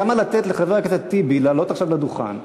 למה לתת לחבר הכנסת טיבי לעלות עכשיו לדוכן ולטעון: